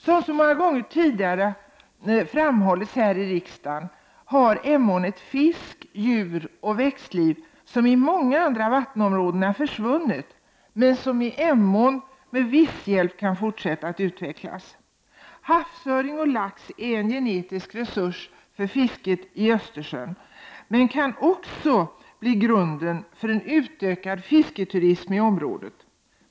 Som så många gånger tidigare framhållits här i riksdagen har Emån ett fisk-, djuroch växtliv som försvunnit i många andra vattenområden men som i Emån med viss hjälp kan fortsätta att utvecklas. Havsöring och lax är en genetisk resurs för fisket i Östersjön men kan också bli grunden för en utökad fisketurism i området.